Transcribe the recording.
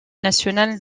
nationale